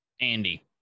Andy